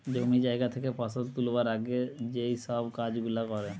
জমি জায়গা থেকে ফসল তুলবার আগে যেই সব কাজ গুলা করে